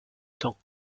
temps